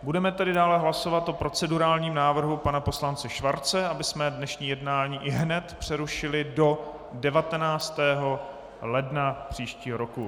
Budeme tedy dále hlasovat o procedurálním návrhu pana poslance Schwarze, abychom dnešní jednání ihned přerušili do 19. ledna příštího roku.